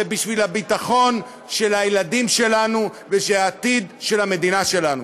זה בשביל הביטחון של הילדים שלנו והעתיד של המדינה שלנו.